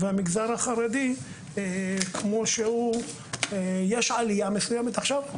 המגזר החרדי כמו שהוא, יש עלייה מסוימת עכשיו.